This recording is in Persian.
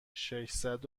ششصد